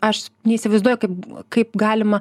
aš neįsivaizduoju kaip kaip galima